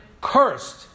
Cursed